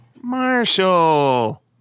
Marshall